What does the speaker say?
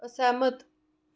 असैह्मत